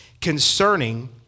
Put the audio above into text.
concerning